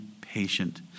patient